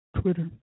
Twitter